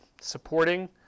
supporting